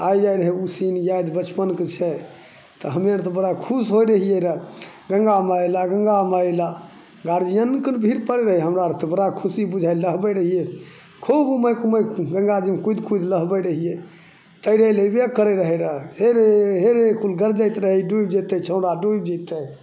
आइ जाए रहै ओ सीन याद बचपनके छै तऽ हमे आर तऽ बड़ा खुश होइ रहियै रऽ गङ्गा माइ अइला गङ्गा माइ अइला गाड़ियो ने कनी भीतरमे रहै हमरा आर तऽ बड़ा खुशी बुझाइ नहबै रहियै खूब मस्त मस्त गङ्गाजीमे कुदि कुदि नहबै रहियै तोरे एहए करे रहेगा हेरे हेरे ओ गरजैत रहै डुबि जेतै छौड़ा डुबि जेतै